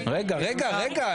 רגע, רגע, רגע.